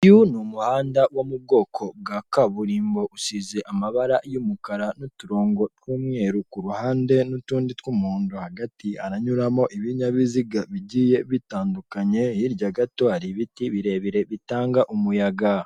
Uyu ni umuhanda wo mu bwoko bwa kaburimbo usize amabara y'umukara n'uturongo tw'umweru kuruhande n'utundi tw'umuhondo hagati aranyuramo ibinyabiziga bigiye bitandukanye hirya gato hari ibiti birebire bitanga umuyaga.